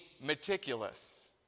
meticulous